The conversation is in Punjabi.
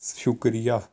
ਸ਼ੁਕਰੀਆ